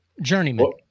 Journeyman